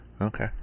Okay